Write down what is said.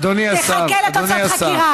אדוני השר, אדוני השר, תחכה לתוצאות חקירה.